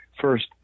First